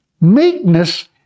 Meekness